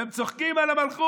והם צוחקים על המלכות,